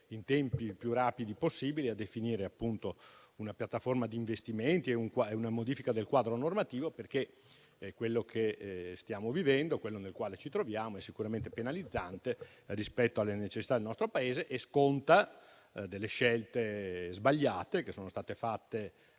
nei tempi più rapidi possibili a definire una piattaforma di investimenti e una modifica del quadro normativo, perché quello nel quale ci troviamo è sicuramente penalizzante rispetto alle necessità del nostro Paese e sconta scelte sbagliate che sono state fatte